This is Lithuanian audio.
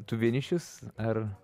tu vienišis ar